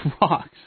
rocks